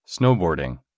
snowboarding